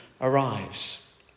arrives